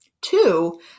Two